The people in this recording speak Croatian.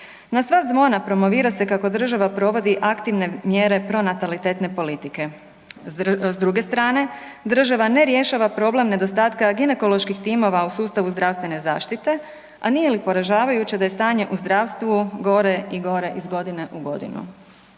Na sva zvona promovira se kako država provodi aktivne mjere pronatalitetne politike. S druge strane, država ne rješava problem nedostatka ginekoloških timova u sustavu zdravstvene zaštite, a nije li poražavajuće da je stanje u zdravstvu gore i gore iz godine u godinu.